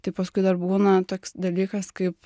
tai paskui dar būna toks dalykas kaip